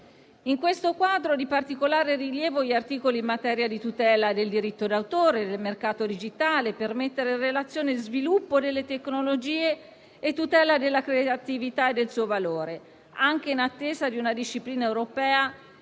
In questo quadro, di particolare rilievo sono gli articoli in materia di tutela del diritto d'autore e del mercato digitale, per mettere in relazione sviluppo delle tecnologie e tutela della creatività e del suo valore, anche in attesa di una disciplina europea